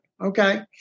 Okay